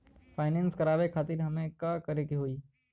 Finance करावे खातिर हमें का करे के होई?